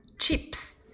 Chips